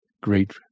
great